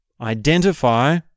identify